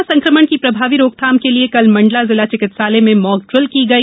corona संकमण की प्रभावी रोकथाम के लिए कल मंडला जिला चिकित्सालय में मॉकड्रिल की गई